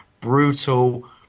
brutal